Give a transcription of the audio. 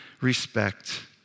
respect